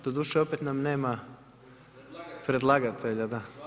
Doduše opet nam nema predlagatelja.